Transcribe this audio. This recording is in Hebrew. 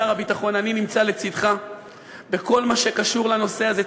שר הביטחון: אני לצדך בכל מה שקשור לנושא הזה.